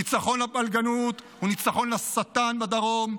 ניצחון לפלגנות הוא ניצחון לשטן בדרום,